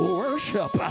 worship